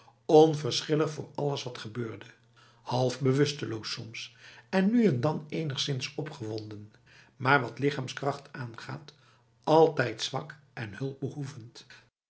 onverschillig voor alles wat gebeurde half bewusteloos soms en nu en dan enigszins opgewonden maar wat lichaamskracht aangaat altijd zwak en hulpbehoevend